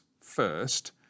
first